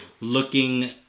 looking